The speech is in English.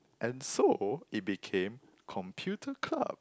and so it became computer club